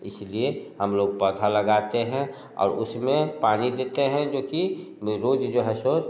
इसीलिए हम लोग पौधा लगाते हैं और उसमें पानी देते हैं जो कि रोज़ जो है सो